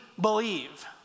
believe